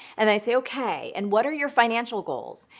and i'd say, okay, and what are your financial goals?